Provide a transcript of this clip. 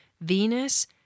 Venus